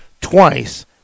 twice